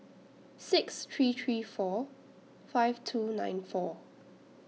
six three three four five two nine four